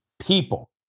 people